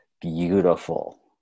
beautiful